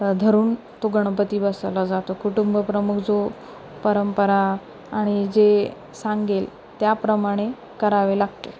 धरून तो गणपती बसवला जातो कुटुंबप्रमुख जो परंपरा आणि जे सांगेल त्याप्रमाणे करावे लागते